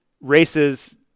races